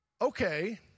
okay